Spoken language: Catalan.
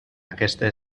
aquesta